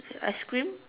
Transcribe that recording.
ice cream